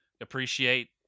appreciate